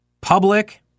Public